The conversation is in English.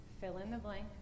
fill-in-the-blank